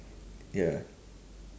ya